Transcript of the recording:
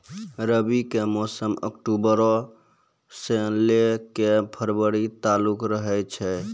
रबी के मौसम अक्टूबरो से लै के फरवरी तालुक रहै छै